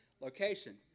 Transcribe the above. location